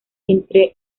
entre